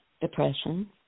Depression